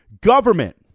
Government